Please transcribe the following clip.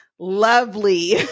Lovely